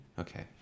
Okay